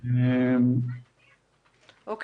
נושא